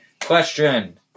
question